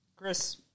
Chris